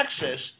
Texas